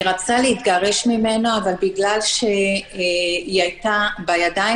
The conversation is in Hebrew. היא רצתה להתגרש ממנו אבל בגלל שהיא הייתה "בידיים